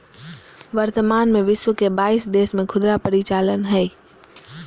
वर्तमान में विश्व के बाईस देश में खुदरा परिचालन हइ